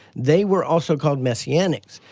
they were also called messianics.